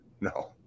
no